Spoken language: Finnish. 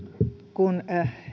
kun